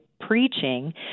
preaching